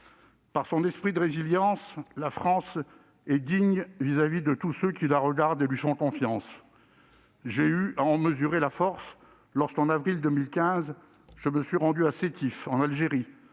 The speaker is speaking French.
Par son esprit de résilience, la France est digne pour tous ceux qui la regardent et lui font confiance. J'en ai mesuré la force lorsque, en avril 2015, je me suis rendu à Sétif, en Algérie.